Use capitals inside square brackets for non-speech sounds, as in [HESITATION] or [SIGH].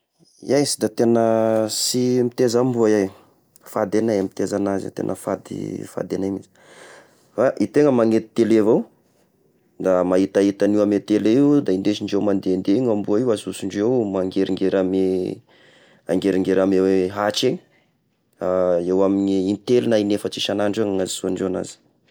Iahy sy da tegna sy mitaiza amboa iaho fady agnay mitaiza azy io tegna fady, fady agnay mihisy, ah i tegna magnety tele avao da mahitahita ny amy tele io, da indesindreo mandehande i amboa io, asoasondreo mangeringery amy, mangeringery amy ahitra i, [HESITATION] eo amin'ny in-telo na in'efatra isan'andro eo amin'azoandreo agnazy.